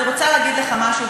אני רוצה להגיד לך משהו,